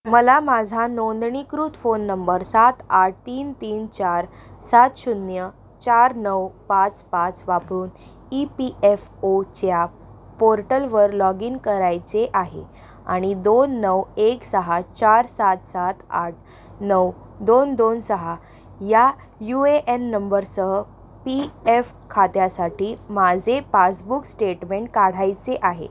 मला माझा नोंदणीकृत फोन नंबर सात आठ तीन तीन चार सात शून्य चार नऊ पाच पाच वापरून ई पी एफ ओचे पोर्टलवर लॉग इन करायचे आहे आणि दोन नऊ एक सहा चार सात सात आठ नऊ दोन दोन सहा या यू ए एन नंबरसह पी एफ खात्यासाठी माझे पासबुक स्टेटमेंट काढायचे आहे